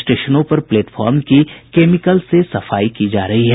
स्टेशनों पर प्लेटफार्म की केमिकल से सफाई की जा रही है